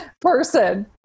person